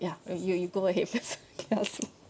ya you you you go ahead first kiasu